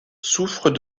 souffrent